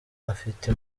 afite